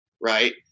right